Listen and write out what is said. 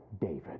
David